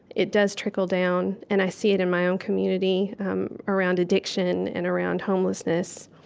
it does trickle down, and i see it in my own community um around addiction and around homelessness.